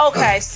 Okay